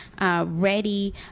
ready